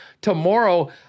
Tomorrow